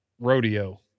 rodeo